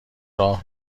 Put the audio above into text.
راه